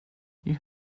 you